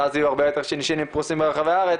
ואז יהיו הרבה יותר שינשי"נים פרוסים ברחבי הארץ,